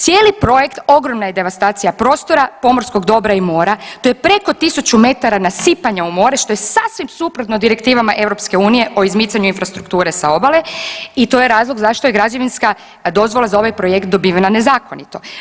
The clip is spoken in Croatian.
Cijeli projekt ogromna je devastacija prostora, pomorskog dobra i mora, to je preko 1000 metara nasipanja u more, što je sasvim suprotno direktivama EU o izmicanju infrastrukture sa obale i to je razlog zašto je građevinska dozvola za ovaj projekt dobivena nezakonito.